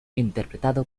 interpretado